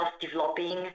developing